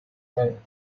driver